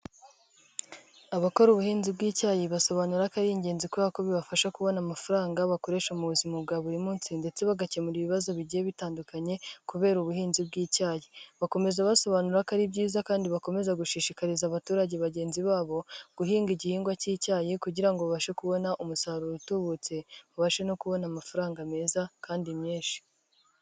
Abakora ubuhinzi bw'icyayi basobanura ko ari ingenzi kubera ko bibafasha kubona amafaranga bakoresha mu buzima bwa buri munsi ndetse bagakemura ibibazo bigiye bitandukanye kubera ubuhinzi bw'icyayi bakomeza basobanura ko ari byiza kandi bakomeza gushishikariza abaturage bagenzi babo guhinga igihingwa cy'icyayi kugira ngo babashe kubona umusaruro utubutse, babashe no kubona amafaranga meza kandi menshi.